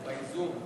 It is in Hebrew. באיזון.